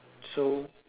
so